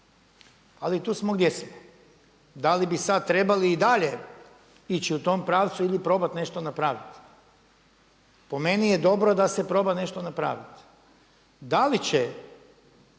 ali tu smo gdje smo. Da li bi sada trebali i dalje ići u tom pravcu ili probati nešto napraviti? Po meni je dobro da se proba nešto napraviti. Da li će